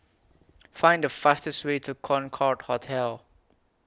Find The fastest Way to Concorde Hotel